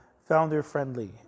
founder-friendly